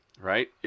right